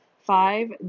Five